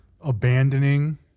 abandoning